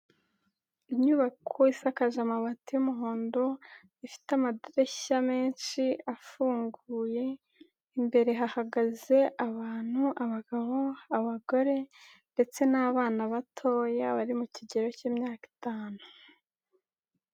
Inyubako isakaje amabati y'umuhondo, ifite amadireshya menshi afunguye, imbere hahagaze abantu, abagabo, abagore, ndetse n'abana batoya bari mu kigero cy'imyaka itanu.